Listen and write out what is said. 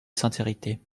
sincérité